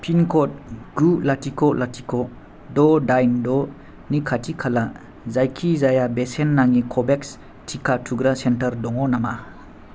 pin code गु लाथिख' लाथिख' द' दाइन द'नि खाथि खाला जायखिजाया बेसेन नाङि कव'भेक्स टिका थुग्रा सेन्टार दङ नामा